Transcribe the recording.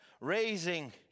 raising